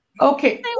Okay